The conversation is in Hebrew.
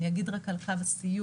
אני אגיד רק על קו הסיוע.